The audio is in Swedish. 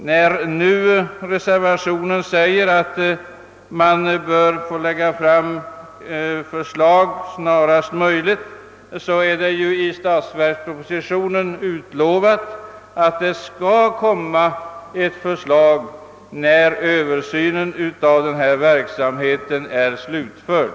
Och när reservanterna uttalar att förslag bör framläggas snarast möjligt erinrar jag om att det i statsverkspropositionen utlovats att ett förslag skall presenteras när Ööversynen av verksamheten är slutförd.